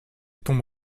tombe